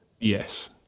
yes